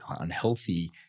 unhealthy